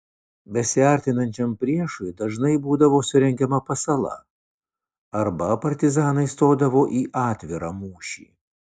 besiartinančiam priešui dažnai būdavo surengiama pasala arba partizanai stodavo į atvirą mūšį